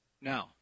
No